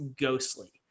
ghostly